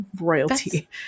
royalty